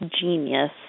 genius